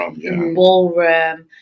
ballroom